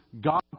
God